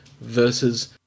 versus